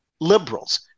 Liberals